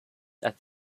that